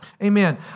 Amen